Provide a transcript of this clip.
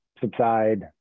subside